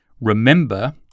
Remember